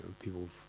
People